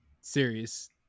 serious